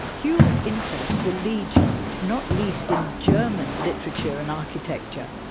whewell's interests were legion, not least in german literature and architecture.